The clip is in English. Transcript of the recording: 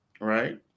right